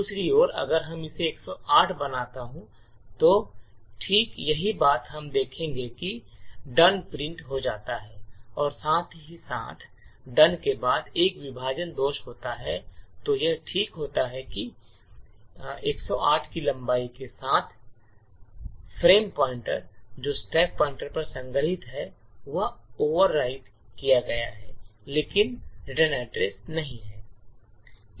दूसरी ओर अगर मैं इसे 108 बनाता हूं और ठीक यही बात हम देखते हैं कि "done" प्रिंट हो जाता है और साथ ही साथ "done" के बाद एक विभाजन दोष होता है तो यह ठीक होता है क्योंकि ठीक 108 की लंबाई के साथ फ्रेम पॉइंटर जो स्टैक पर संग्रहीत है वह ओवरराइट किया गया है लेकिन रिटर्न एड्रेस नहीं